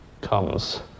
comes